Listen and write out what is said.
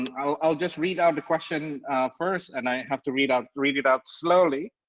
and i'll i'll just read out the question first and i have to read ah read it out slowly